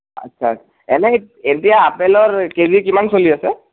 আচ্ছা এনেই এতিয়া আপেলৰ কেজি কিমান চলি আছে